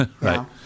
right